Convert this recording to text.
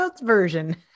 version